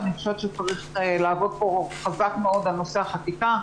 אני חושבת שצריך לעבוד חזק מאוד על נושא החקיקה.